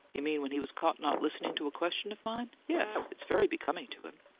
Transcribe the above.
you mean when he was caught not listening to a question of mine? yes it's very becoming to him.